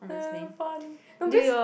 damn funny no because